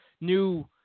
New